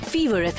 Fever